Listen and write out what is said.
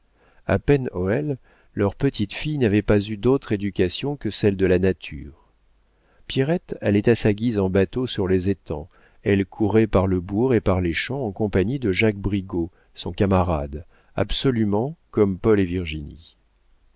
sans calcul a pen hoël leur petite-fille n'avait pas eu d'autre éducation que celle de la nature pierrette allait à sa guise en bateau sur les étangs elle courait par le bourg et par les champs en compagnie de jacques brigaut son camarade absolument comme paul et virginie